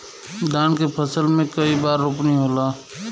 धान के फसल मे कई बार रोपनी होला?